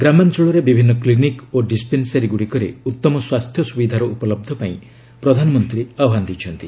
ଗ୍ରାମାଞ୍ଚଳରେ ବିଭିନ୍ନ କ୍ଲିନିକ୍ ଓ ଡିସ୍ପେନସାରୀ ଗୁଡ଼ିକରେ ଉତ୍ତମ ସ୍ୱାସ୍ଥ୍ୟ ସୁବିଧାର ଉପଲବ୍ଧ ପାଇଁ ପ୍ରଧାନମନ୍ତ୍ରୀ ଆହ୍ୱାନ ଦେଇଛନ୍ତି